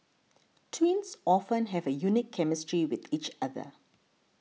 twins often have a unique chemistry with each other